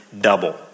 double